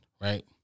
right